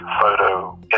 photo